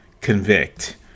convict